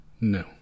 No